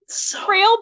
trail